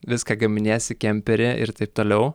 viską gaminiesi kempery ir taip toliau